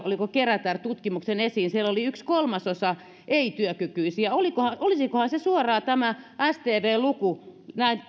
oliko kerätär siellä oli yksi kolmasosa ei työkykyisiä olisikohan olisikohan se suoraan tämä stvn luku sehän